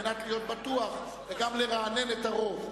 ממרומי,